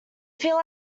feel